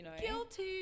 Guilty